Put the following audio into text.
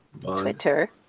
Twitter